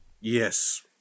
Yes